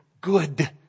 good